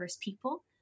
people